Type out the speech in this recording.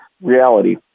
reality